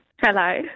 Hello